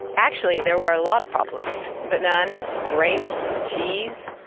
actually, there were a lot of problems. bananas, grapes, cheese,